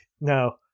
No